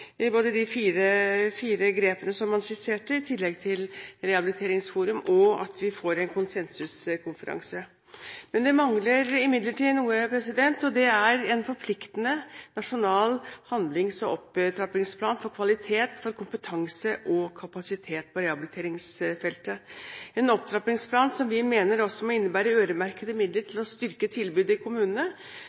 både de fire grepene som han skisserte i tillegg til rehabiliteringsforum, og at vi får en konsensuskonferanse. Men det mangler imidlertid noe, og det er en forpliktende nasjonal handlings- og opptrappingsplan for kvalitet, kompetanse og kapasitet på rehabiliteringsfeltet – en opptrappingsplan som vi mener også må innebære øremerkede midler til å styrke tilbudet i kommunene,